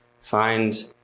find